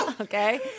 Okay